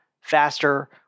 faster